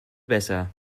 besser